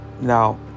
Now